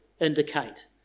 indicate